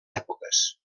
èpoques